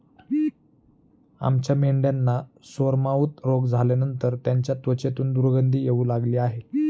आमच्या मेंढ्यांना सोरमाउथ रोग झाल्यानंतर त्यांच्या त्वचेतून दुर्गंधी येऊ लागली आहे